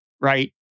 Right